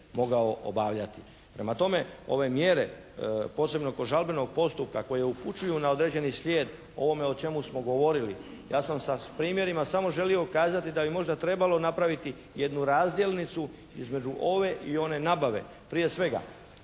mogao obavljati. Prema tome ove mjere posebno kod žalbenog postupka koje upućuju na određeni svijet, ovome o čemu smo govorili, ja sam sa primjerima samo želio ukazati da bi možda trebalo napraviti jednu razdjelnicu između ove i one nabave. Prije svega